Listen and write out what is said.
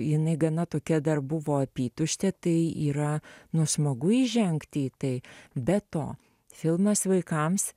jinai gana tokia dar buvo apytuštė tai yra nu smagu įžengti į tai be to filmas vaikams